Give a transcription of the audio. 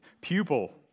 pupil